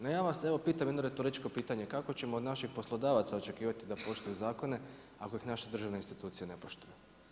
No ja vas pitam jedno retoričko pitanje, kako ćemo od naših poslodavaca očekivati da poštuju zakone, ako ih naše državne institucije ne poštuju.